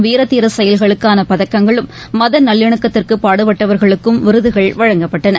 வீரதீரசெயல்களுக்கானபதக்கங்களும் மதநல்லிணக்கத்திற்குபாடுபட்டவர்களுக்கும் விருதுகள் வழங்கப்பட்டன